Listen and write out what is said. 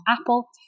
apple